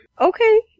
Okay